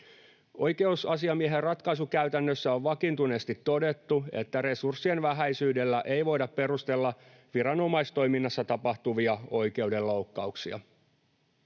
”Oikeusasiamiehen ratkaisukäytännössä on vakiintuneesti todettu, että resurssien vähäisyydellä ei voida perustella viranomaistoiminnassa tapahtuvia oikeudenloukkauksia.